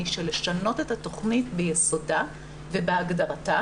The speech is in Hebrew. של לשנות את התוכנית ביסודה ובהגדרתה,